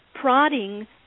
prodding